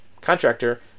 contractor